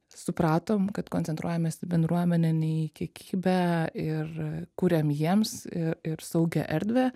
supratom kad koncentruojamės į bendruomenę ne į kiekybę ir kuriam jiems ir saugią erdvę